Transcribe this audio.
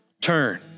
turn